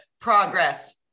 progress